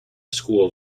school